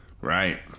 Right